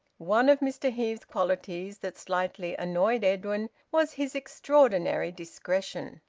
one of mr heve's qualities that slightly annoyed edwin was his extraordinary discretion.